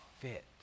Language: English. fit